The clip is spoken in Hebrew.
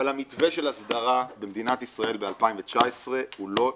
אבל המתווה של הסדרה במדינת ישראל ב-2019 הוא לא הגיוני.